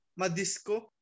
Madisco